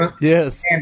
Yes